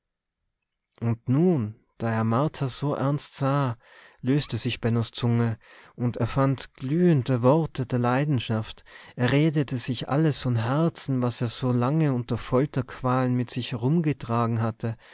und nun da er martha so ernst sah löste sich bennos zunge und er fand glühende worte der leidenschaft er redete sich alles vom herzen was er so lange unter folterqualen mit sich herumgetragen hatte